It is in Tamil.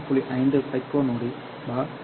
5 பைக்கோ நொடி என்